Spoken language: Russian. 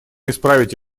исправить